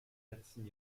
letzten